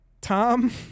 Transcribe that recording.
Tom